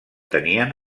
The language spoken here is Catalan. tenien